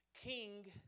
King